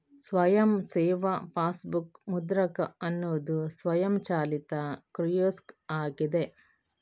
ಸ್ವಯಂ ಸೇವಾ ಪಾಸ್ಬುಕ್ ಮುದ್ರಕ ಅನ್ನುದು ಸ್ವಯಂಚಾಲಿತ ಕಿಯೋಸ್ಕ್ ಆಗಿದೆ